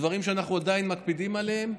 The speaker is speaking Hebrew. דברים שאנחנו עדיין מקפידים עליהם,